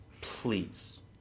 please